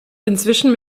inzwischen